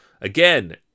Again